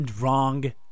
wrong